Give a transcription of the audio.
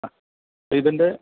ആ ഇതിൻ്റെ